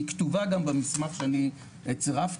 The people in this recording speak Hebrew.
היא כתובה גם במסמך שאני צירפתי,